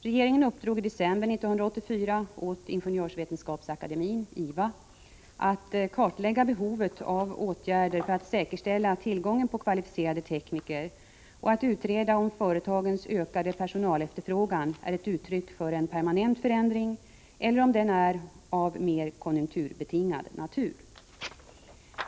Regeringen uppdrog i december 1984 åt Ingenjörsvetenskapsakademien att kartlägga behovet av åtgärder för att säkerställa tillgången på kvalificerade tekniker och att utreda om företagens ökade personalefterfrågan är ett uttryck för en permanent förändring eller om den är av mer konjunkturbetingad natur.